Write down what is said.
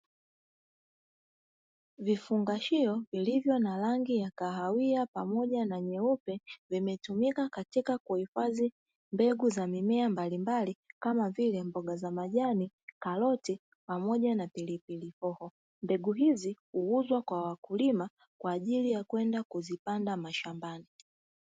Vifungashio vilivyo na rangi ya kahawia pamoja na nyeupe vimetumika katika kuhifadhi mbegu za mimea mbalimbali kama vile mboga za majani, karoti pamoja na pilipili hoho. Mbegu hizi huuzwa kwa wakulima kwa ajili ya kwenda kuzipanda mashambani.